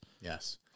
Yes